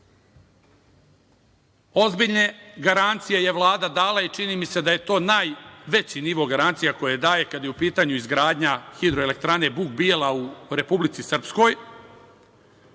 Srpskoj. Ozbiljne garancije je Vlada dala i čini mi se da je to najveći nivo garancija koji je dat kada je u pitanju izgradnja Hidroelektrane „Buk Bijela“ u Republici Srpskoj.U